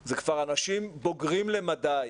הם כבר אנשים בוגרים למדי,